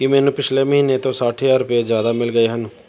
ਕੀ ਮੈਨੂੰ ਪਿਛਲੇ ਮਹੀਨੇ ਤੋਂ ਸੱਠ ਹਜ਼ਾਰ ਰੁਪਏ ਜ਼ਿਆਦਾ ਮਿਲ ਗਏ ਹਨ